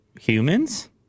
humans